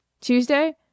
Tuesday